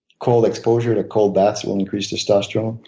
cold exposure to cold baths will increase testosterone.